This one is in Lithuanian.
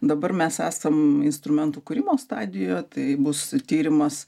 dabar mes esam instrumentų kūrimo stadijoje tai bus tyrimas